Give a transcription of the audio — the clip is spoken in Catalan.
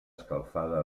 escalfada